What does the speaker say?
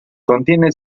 contiene